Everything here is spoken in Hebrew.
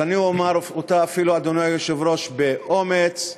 אז אני אומר אותה אפילו, אדוני היושב-ראש, באומץ,